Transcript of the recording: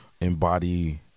embody